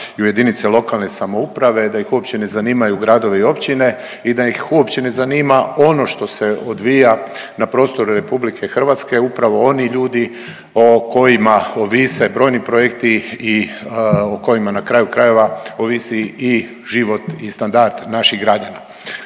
jedinice lokalne samouprave, da ih uopće ne zanimaju gradovi i općine i da ih uopće ne zanima ono što se odvija na prostoru Republike Hrvatske upravo oni ljudi o kojima ovise brojni projekti i o kojima na kraju krajeva ovisi i život i standard naših građana.